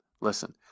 listen